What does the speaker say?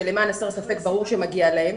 שלמען הסר ספק ברור שמגיע להם,